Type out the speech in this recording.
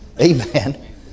Amen